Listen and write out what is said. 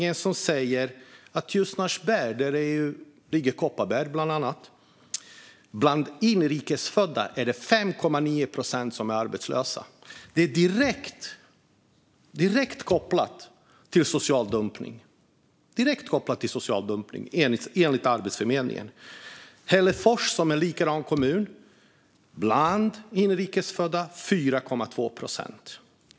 Den visar att i Ljusnarsberg - där ligger bland annat Kopparberg - är 5,9 procent av de inrikes födda arbetslösa. Det är direkt kopplat till social dumpning, enligt Arbetsförmedlingen. I Hällefors, som är en likadan kommun, är 4,2 procent av de inrikes födda arbetslösa.